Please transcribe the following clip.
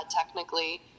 technically